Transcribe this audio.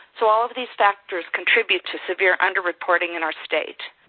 so, all of these factors contribute to severe underreporting in our state.